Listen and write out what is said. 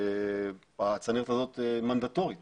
הצנרת הזאת מנדטורית